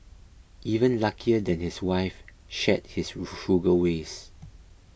even luckier that his wife shared his frugal ways